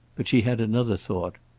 but she had another thought.